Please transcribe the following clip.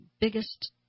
biggest